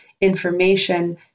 information